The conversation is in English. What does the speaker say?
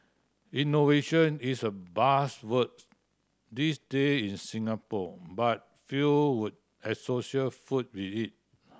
innovation is a buzzword these day in Singapore but few would associate food with it